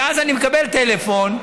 ואז אני מקבל טלפון: